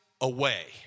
away